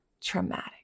traumatic